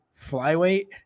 flyweight